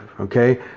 Okay